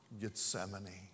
Gethsemane